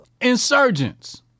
Insurgents